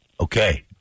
Okay